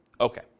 Okay